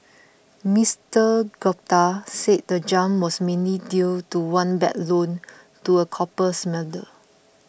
Mister Gupta said the jump was mainly due to one bad loan to a copper smelter